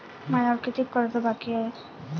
मायावर कितीक कर्ज बाकी हाय?